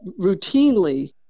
routinely –